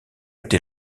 été